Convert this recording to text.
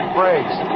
brakes